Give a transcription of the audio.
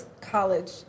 college